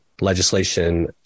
legislation